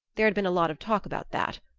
there'd been a lot of talk about that,